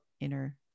inner